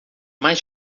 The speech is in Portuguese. mais